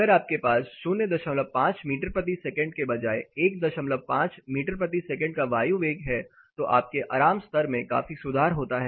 अगर आपके पास 05 मीटर प्रति सेकंड की बजाए 15 मीटर प्रति सेकंड का वायु वेग है तो आपके आराम स्तर में काफी सुधार होता है